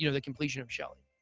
you know the completion of shelley.